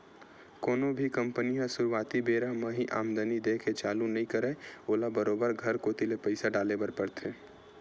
कोनो भी कंपनी ह सुरुवाती बेरा म ही आमदानी देय के चालू नइ करय ओला बरोबर घर कोती ले पइसा डाले बर परथे